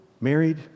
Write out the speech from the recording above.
married